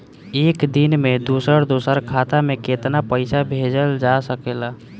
एक दिन में दूसर दूसर खाता में केतना पईसा भेजल जा सेकला?